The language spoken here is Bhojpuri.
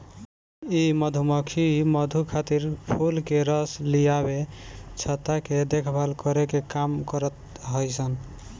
इ मधुमक्खी मधु खातिर फूल के रस लियावे, छत्ता के देखभाल करे के काम करत हई सन